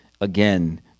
again